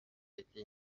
été